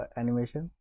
animation